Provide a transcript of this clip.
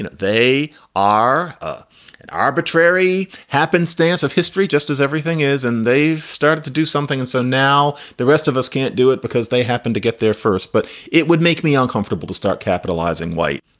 and they are ah an arbitrary happenstance of history, just as everything is. and they've started to do something. and so now the rest of us can't do it because they happen to get there first. but it would make me uncomfortable to start capitalizing white.